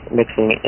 mixing